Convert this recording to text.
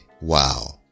wow